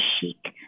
chic